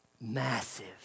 massive